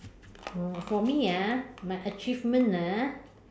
oh for me ah my achievement ah